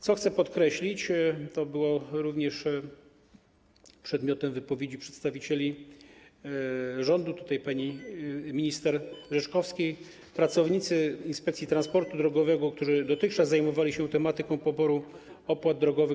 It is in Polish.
Co chcę podkreślić, było to również przedmiotem wypowiedzi przedstawicieli rządu, pani minister Rzeczkowskiej, pracownicy Inspekcji Transportu Drogowego, którzy dotychczas zajmowali się tematyką poboru opłat drogowych.